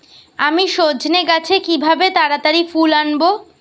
আমি সজনে গাছে কিভাবে তাড়াতাড়ি ফুল আনব?